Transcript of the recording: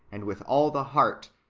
and with all the heart,